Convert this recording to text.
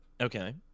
Okay